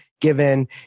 given